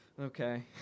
Okay